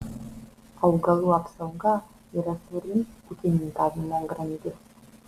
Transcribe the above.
augalų apsauga yra svarbi ūkininkavimo grandis